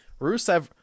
Rusev